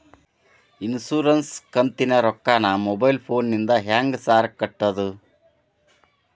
Insurance ಕಂತಿನ ರೊಕ್ಕನಾ mobile ಫೋನಿಂದ ಹೆಂಗ್ ಸಾರ್ ಕಟ್ಟದು?